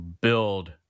build